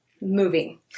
moving